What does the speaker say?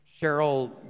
Cheryl